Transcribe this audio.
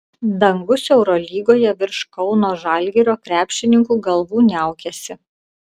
dangus eurolygoje virš kauno žalgirio krepšininkų galvų niaukiasi